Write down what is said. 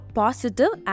positive